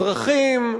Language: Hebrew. לאזרחים,